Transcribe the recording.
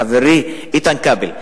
חברי איתן כבל.